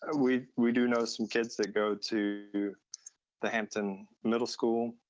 and we we do know some kids that go to the hampton middle school,